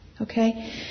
okay